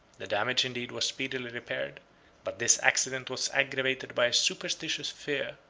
the damage indeed was speedily repaired but this accident was aggravated by a superstitious fear,